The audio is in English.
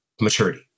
maturity